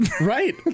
right